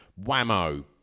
whammo